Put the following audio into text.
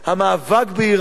המאבק באירן,